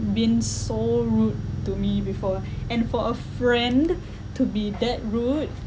been so rude to me before and for a friend to be that rude